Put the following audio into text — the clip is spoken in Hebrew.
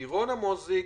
לירון אמוזיג,